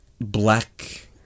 black